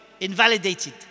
invalidated